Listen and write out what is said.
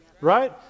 Right